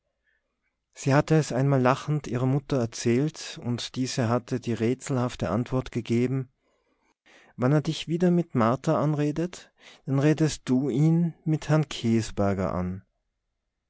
sie hatte es einmal lachend ihrer mutter erzählt und diese hatte die rätselhafte antwort gegeben wann er dich widder mit martha aaredt dann reddst du en mit herr käsberger an